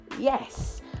Yes